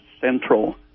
central